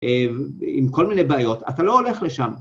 ‫עם כל מיני בעיות. ‫אתה לא הולך לשם.